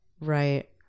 Right